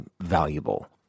valuable